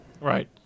Right